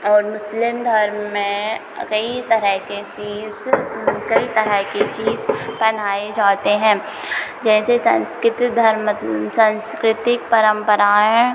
और मुस्लिम धर्म में कई तरह की चीज़ कई तरह की चीज़ पहनाए जाते हैं जैसे संस्कृत धर्म संस्कृतिक परम्पराएँ